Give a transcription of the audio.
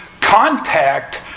contact